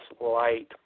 light